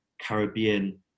Caribbean